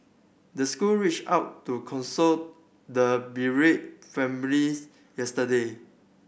the school reached out to console the bereaved families yesterday